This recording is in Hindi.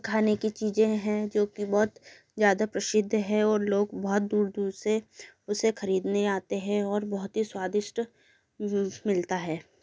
खाने की चीज़ें हैं जो की बहुत ज़्यादा प्रसिद्ध हैं और लोग बहुत दूर दूर से उसे खरीदने आते हैं और बहुत ही स्वादिष्ट मिलता है